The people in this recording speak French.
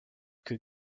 que